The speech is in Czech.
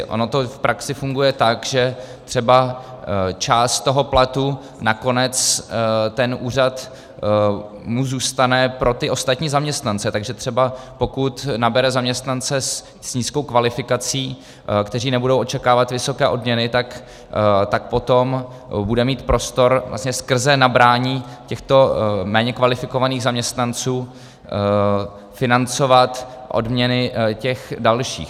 Ono to v praxi funguje tak, že třeba část toho platu nakonec tomu úřadu zůstane pro ostatní zaměstnance, takže třeba pokud nabere zaměstnance s nízkou kvalifikací, kteří nebudou očekávat vysoké odměny, tak potom bude mít prostor skrze nabrání těchto méně kvalifikovaných zaměstnanců financovat odměny těch dalších.